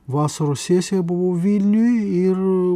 vasaros sesiją buvau vilniuj ir